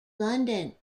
london